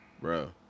Bro